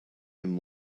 him